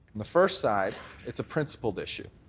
the first side it's a principled issue.